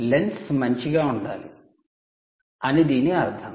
lens మంచిగా ఉండాలి అని దీని అర్థం